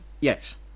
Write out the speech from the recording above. Yes